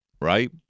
right